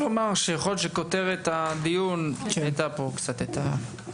לומר שיכול להיות שכותרת הדיון הטעתה את ההבנה